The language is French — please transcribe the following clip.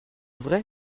vrai